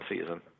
season